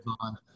on